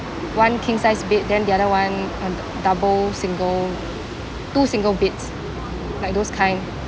one king size bed then the other one um double single two single beds like those kind